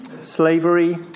slavery